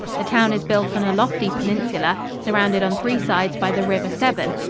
the town is built on a lofty peninsula, surrounded on three sides by the river severn,